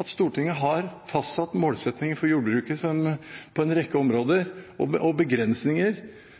at Stortinget har fastsatt målsettinger og begrensninger for jordbruket på en rekke områder som gjør at det ikke er mulig å nå alle målene, og